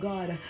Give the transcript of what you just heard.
God